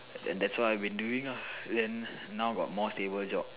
and that's all I've been doing lah then now got more stable job